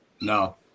No